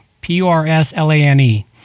P-U-R-S-L-A-N-E